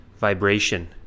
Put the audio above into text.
Vibration